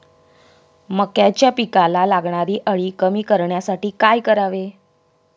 मक्याच्या पिकाला लागणारी अळी कमी करण्यासाठी काय करावे?